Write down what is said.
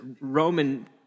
Roman